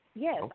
Yes